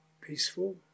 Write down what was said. peaceful